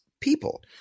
people